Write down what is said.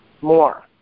more